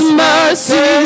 mercy